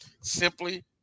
simply